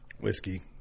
Whiskey